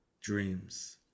dreams